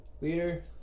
Leader